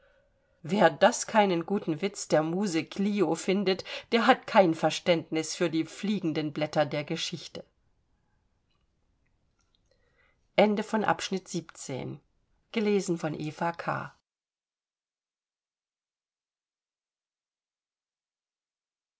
wer das keinen guten witz der muse klio findet der hat kein verständnis für die fliegenden blätter der geschichte